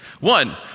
One